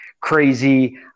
crazy